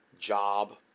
job